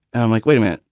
i'm like, wait a minute,